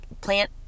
Plant